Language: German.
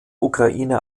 ukraine